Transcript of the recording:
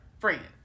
friend